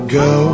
go